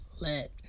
let